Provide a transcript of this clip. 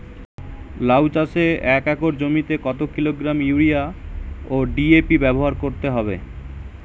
লাউ চাষে এক একর জমিতে কত কিলোগ্রাম ইউরিয়া ও ডি.এ.পি ব্যবহার করতে হবে?